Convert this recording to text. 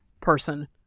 person